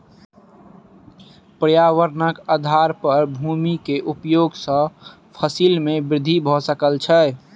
पर्यावरणक आधार पर भूमि के उपयोग सॅ फसिल में वृद्धि भ सकै छै